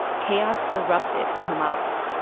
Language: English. chaos erupted in the mosque.